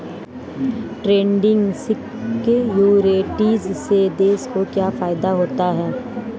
Trading securities से देश को क्या फायदा होता है?